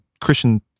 Christian